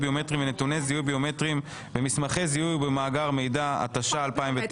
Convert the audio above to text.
ביומטריים ונתוני זיהוי ביומטריים ומסמכי זיהוי במאגר מידע התש"ע-2009.